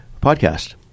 Podcast